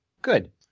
Good